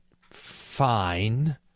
fine